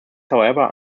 however